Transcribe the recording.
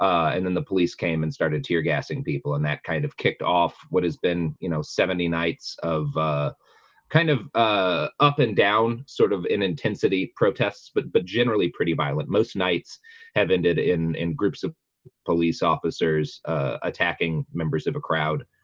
and then the police came and started tear gassing people and that kind of kicked off what has been you know seventy nights of ah kind of ah up and down sort of in intensity protests but but generally pretty violent most nights have ended in in groups of police officers ah attacking members of a crowd,